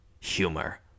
humor